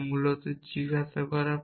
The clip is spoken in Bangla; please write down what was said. যা মূলত জিজ্ঞাসা করা